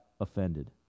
offended